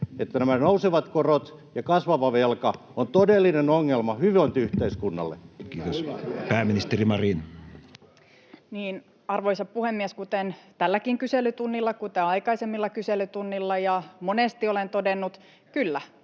että nämä nousevat korot ja kasvava velka ovat todellinen ongelma hyvinvointiyhteiskunnalle? Kiitos. — Pääministeri Marin. Arvoisa puhemies! Kuten tälläkin kyselytunnilla, kuten aikaisemmilla kyselytunneilla ja monesti olen todennut, kyllä,